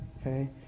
okay